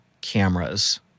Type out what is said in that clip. cameras